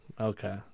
okay